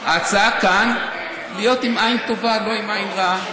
ההצעה כאן, להיות עם עין טובה, לא עם עין רעה.